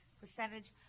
percentage